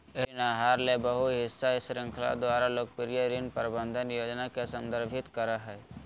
ऋण आहार ले बहु हिस्सा श्रृंखला द्वारा लोकप्रिय ऋण प्रबंधन योजना के संदर्भित करय हइ